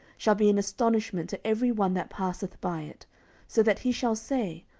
shall be an astonishment to every one that passeth by it so that he shall say,